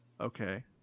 okay